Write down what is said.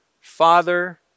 Father